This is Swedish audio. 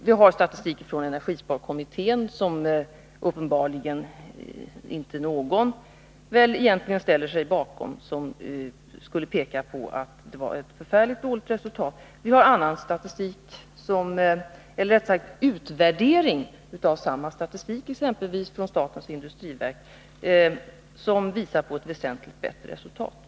Vi har statistik från energisparkommittén, som uppenbarligen inte någon ställer sig bakom och som skulle peka på att det var ett förfärligt dåligt resultat. Det har exempelvis på statens industriverk gjorts en utvärdering av denna statistik, som tyder på ett väsentligt bättre resultat.